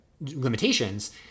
limitations